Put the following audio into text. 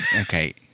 Okay